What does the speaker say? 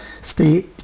stay